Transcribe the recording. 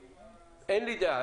אין לי דעה.